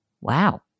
Wow